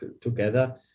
together